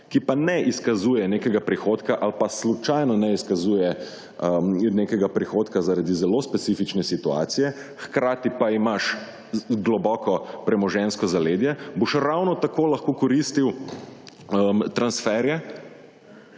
ki pa ne izkazuje nekega prihodka ali pa slučajno ne izkazuje nekega prihodka zaradi zelo specifične situacije, hkrati pa imaš globoko premoženjsko zaledje, boš ravno tako lahko koristil transferje,